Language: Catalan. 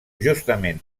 justament